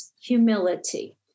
humility